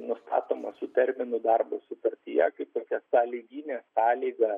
nustatoma su terminu darbo sutartyje kaip tokia sąlyginė sąlyga